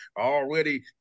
already